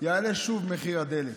יעלה שוב מחיר הדלק,